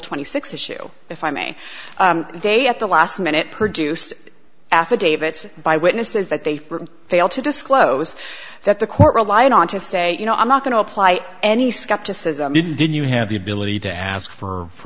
twenty six issue if i may they at the last minute produced affidavits by witnesses that they failed to disclose that the court relying on to say you know i'm not going to apply any skepticism did you have the ability to ask for for